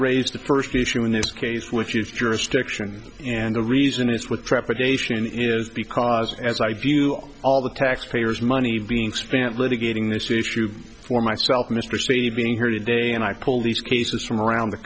raised the first issue in this case which is jurisdiction and the reason it's with trepidation is because as i view all all the taxpayers money being spent litigating this issue for myself mr sabin here today and i pull these cases from around the